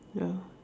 ya